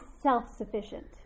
Self-sufficient